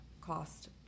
cost